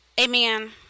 Amen